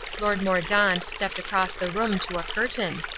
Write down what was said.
lord mordaunt stepped across the room to a curtain.